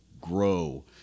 grow